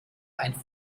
ein